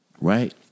right